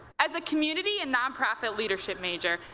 as a community and nonprofit leadership major,